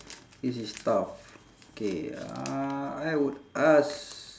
this is tough K uh I would ask